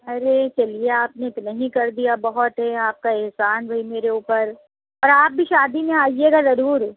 ارے چلیے آپ نے اتنا ہی کر دیا بہت ہے یہ آپ کا احسان ہے میرے اوپر اور آپ بھی شادی میں آئیے گا ضرور